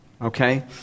okay